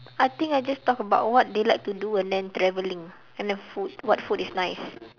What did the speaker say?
I think I just talk about what they like to do and then traveling and the food what food is nice